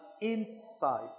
inside